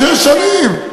שש שנים.